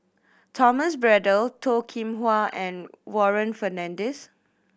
Thomas Braddell Toh Kim Hwa and Warren Fernandez